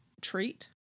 treat